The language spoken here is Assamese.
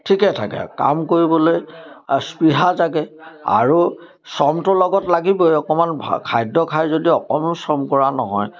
ঠিকে থাকে কাম কৰিবলৈ স্পৃহা জাগে আৰু শ্ৰমটোৰ লগত লাগিবই অকণমান ভা খাদ্য খাই যদি অকণো শ্ৰম কৰা নহয়